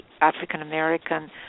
African-American